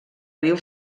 riu